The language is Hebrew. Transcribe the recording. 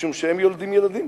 משום שהם יולדים ילדים.